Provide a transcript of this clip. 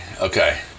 okay